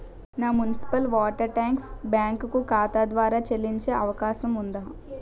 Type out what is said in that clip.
నా municipal water tax bank ఖాతా ద్వారా చెల్లించే అవకాశం ఉందా?